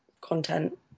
content